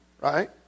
Right